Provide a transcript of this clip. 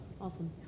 Awesome